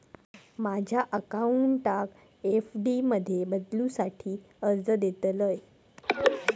माझ्या अकाउंटाक एफ.डी मध्ये बदलुसाठी अर्ज देतलय